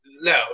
no